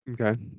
okay